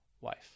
wife